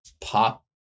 pop